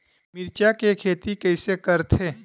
मिरचा के खेती कइसे करथे?